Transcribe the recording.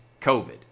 COVID